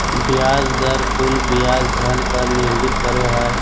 ब्याज दर कुल ब्याज धन पर निर्भर करो हइ